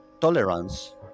tolerance